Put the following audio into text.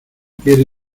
quiere